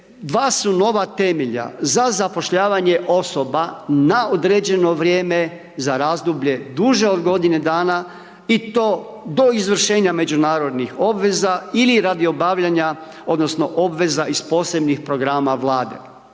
dva su nova temelja za zapošljavanje osoba na određeno vrijeme za razdoblje duže od godine dana i to do izvršenja međunarodnih obveza ili radi obavljanja odnosno obveza iz Posebnih programa Vlade.